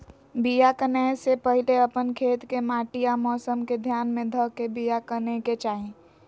बिया किनेए से पहिले अप्पन खेत के माटि आ मौसम के ध्यान में ध के बिया किनेकेँ चाही